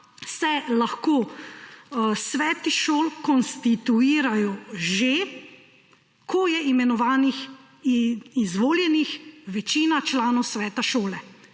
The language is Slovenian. se lahko sveti šol konstituirajo že, ko je imenovanih in izvoljenih večina članov sveta šole.